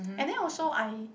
and then also I